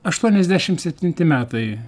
aštuoniasdešim septinti metai